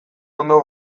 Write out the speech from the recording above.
ondo